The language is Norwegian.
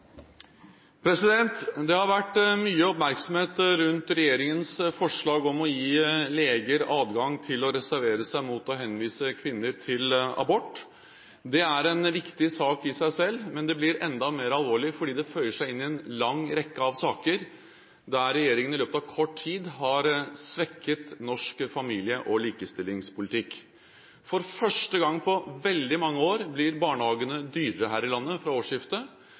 Det har vært mye oppmerksomhet rundt regjeringens forslag om å gi leger adgang til å reservere seg mot å henvise kvinner til abort. Det er en viktig sak i seg selv, men det blir enda mer alvorlig ved at det føyer seg inn i en lang rekke av saker der regjeringen i løpet av kort tid har svekket norsk familie- og likestillingspolitikk. For første gang på veldig mange år blir barnehagene dyrere her i landet fra årsskiftet.